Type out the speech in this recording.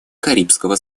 карибского